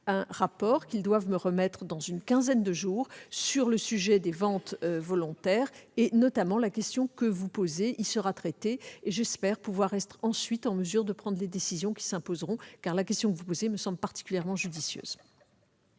un rapport qu'ils doivent me remettre dans une quinzaine de jours sur le sujet des ventes volontaires ; la question que vous posez y sera notamment traitée. J'espère pouvoir être ensuite en mesure de prendre les décisions qui s'imposeront, car la question que vous posez me semble particulièrement judicieuse.